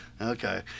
Okay